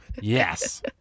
Yes